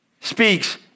Speaks